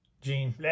Gene